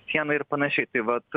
sieną ir panašiai tai vat